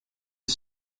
est